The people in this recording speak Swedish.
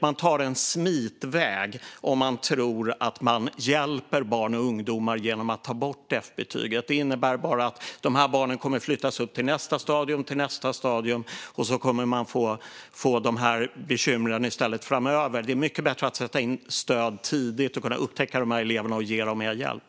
Man tar en smitväg om man tror att man hjälper barn och ungdomar genom att ta bort F-betyget. Det innebär bara att dessa barn kommer att flyttas upp till nästa stadium, och nästa, och sedan i stället får bekymmer framöver. Det är mycket bättre att sätta in stöd tidigt - att kunna upptäcka dessa elever och ge dem mer hjälp.